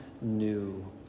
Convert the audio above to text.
new